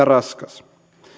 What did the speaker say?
raskas